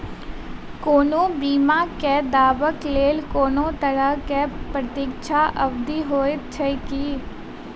कोनो बीमा केँ दावाक लेल कोनों तरहक प्रतीक्षा अवधि होइत छैक की?